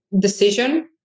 decision